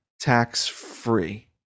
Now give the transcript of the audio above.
tax-free